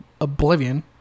oblivion